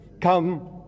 come